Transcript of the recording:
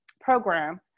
program